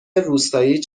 روستایی